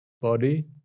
body